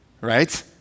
right